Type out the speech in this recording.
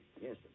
Yes